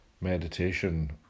Meditation